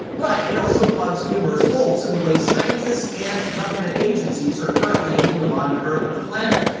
but it also plugs numerous holes in the ways scientists and government agencies are currently able to monitor the planet.